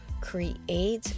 create